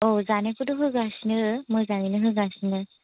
औ जानायखौथ' होगासिनो मोजाङैनो होगासिनो